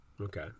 Okay